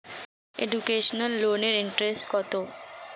Educational লোনের interest কত?